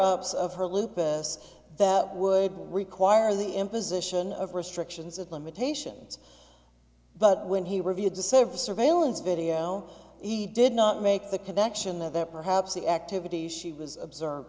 ups of her lupus that would require the imposition of restrictions of limitations but when he reviewed the service surveillance video he did not make the connection that perhaps the activities she was observed